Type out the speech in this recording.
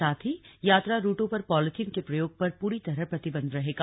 साथ ही यात्रा रूटों पर पॉलीथिन के प्रयोग पर पूरी तरह प्रतिबंध रहेगा